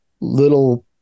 little